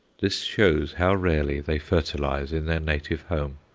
this shows how rarely they fertilize in their native home.